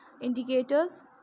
indicators